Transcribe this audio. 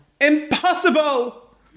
impossible